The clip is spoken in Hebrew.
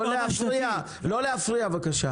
לא להפריע בבקשה.